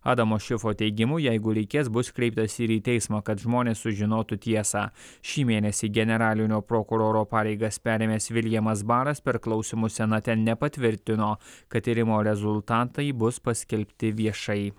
adamo šefo teigimu jeigu reikės bus kreiptasi ir į teismą kad žmonės sužinotų tiesą šį mėnesį generalinio prokuroro pareigas perėmęs viljamas baras per klausymus senate nepatvirtino kad tyrimo rezultatai bus paskelbti viešai